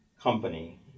company